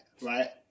right